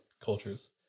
cultures